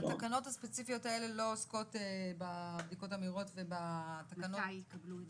ובאמת התקנות הספציפיות האלה לא עוסקות בבדיקות המהירות ומתי וכו',